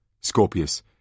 Scorpius